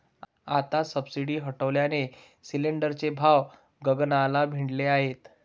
आता सबसिडी हटवल्याने सिलिंडरचे भाव गगनाला भिडले आहेत